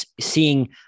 seeing